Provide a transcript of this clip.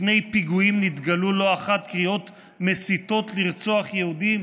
לפני פיגועים נתגלו לא אחת קריאות מסיתות לרצוח יהודים",